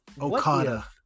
Okada